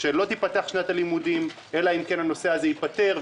הבטיחו שלא תיפתח שנת הלימודים אלא אם כן הנושא הזה ייפתר,